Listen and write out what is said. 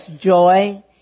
joy